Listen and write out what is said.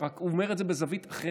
רק הוא אומר את זה בזווית אחרת,